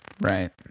Right